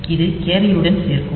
இது கேரியுடன் சேர்க்கும்